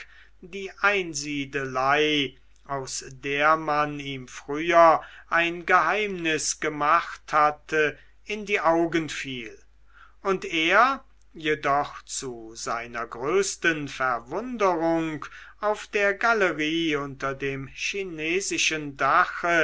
die einsiedelei aus der man ihm früher ein geheimnis gemacht hatte in die augen fiel und er jedoch zu seiner größten verwunderung auf der galerie unter dem chinesischen dache